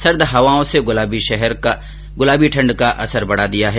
सर्द हवाओं ने गुलाबी ठंड का असर बढ़ा दिया है